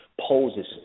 poses